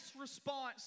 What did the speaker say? response